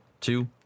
two